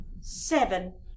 Seven